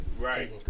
Right